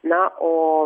na o